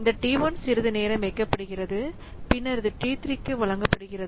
இந்த T1 சிறிது நேரம் இயக்கப்படுகிறது பின்னர் அது T3 க்கு வழங்கப்படுகிறது